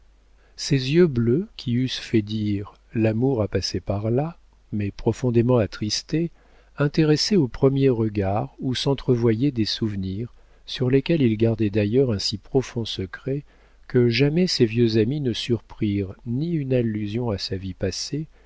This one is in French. ses yeux bleus qui eussent fait dire l'amour a passé par là mais profondément attristés intéressaient au premier regard où s'entrevoyaient des souvenirs sur lesquels il gardait d'ailleurs un si profond secret que jamais ses vieux amis ne surprirent ni une allusion à sa vie passée